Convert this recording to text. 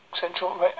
Central